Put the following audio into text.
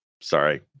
Sorry